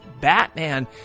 Batman